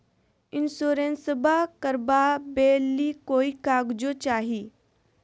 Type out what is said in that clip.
इंसोरेंसबा करबा बे ली कोई कागजों चाही?